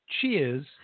Cheers